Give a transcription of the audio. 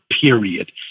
Period